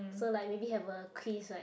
so like maybe have a quiz like